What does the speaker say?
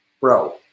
Bro